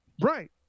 Right